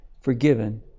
forgiven